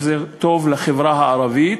לחברה הערבית,